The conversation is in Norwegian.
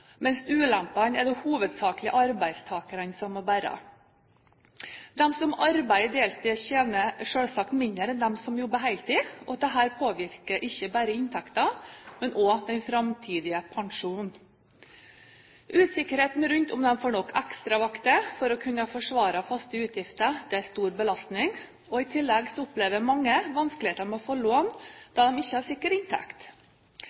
mens ulempene er det hovedsakelig arbeidstakerne som må bære. De som arbeider deltid, tjener selvsagt mindre enn de som jobber heltid. Dette påvirker ikke bare inntekten, men også den framtidige pensjonen. Usikkerheten rundt om de får nok ekstravakter for å kunne forsvare faste utgifter, er en stor belastning. I tillegg opplever mange vanskeligheter med å få lån,